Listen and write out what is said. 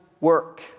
work